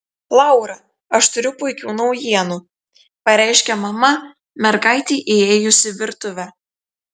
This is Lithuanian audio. laura aš turiu puikių naujienų pareiškė mama mergaitei įėjus į virtuvę